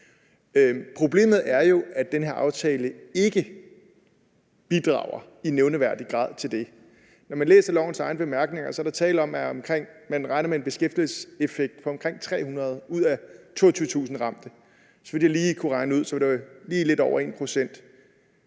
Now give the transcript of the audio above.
Problemet er jo, at den her aftale ikke bidrager i nævneværdig grad til det. Når man læser lovforslagets bemærkninger, er der tale om, at man regner med en beskæftigelseseffekt på omkring 300 ud af 22.000 ramte. Så vidt jeg lige kunne regne ud, vil det være lige lidt over 1 pct.